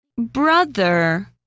Brother